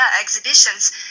exhibitions